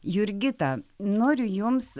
jurgita noriu jums